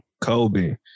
Kobe